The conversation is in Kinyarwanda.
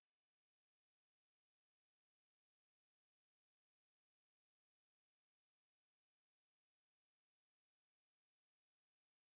Abarimu bigisha abana indirimbo no kuririmba, bakabafasha gukora imyitozo ngororamubiri